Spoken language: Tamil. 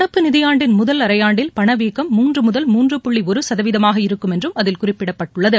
நடப்பு நிதியாண்டின் முதல் அரைஆண்டில் பணவீக்கம் மூன்றுமுதல் மூன்று புள்ளிஒருசதவீதமாக இருக்கும் என்றும் அதில் குறிப்பிடப்பட்டுள்ளது